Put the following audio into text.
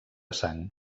sang